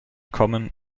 kommen